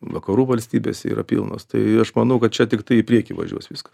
vakarų valstybės yra pilnos tai aš manau kad čia tiktai į priekį važiuos viskas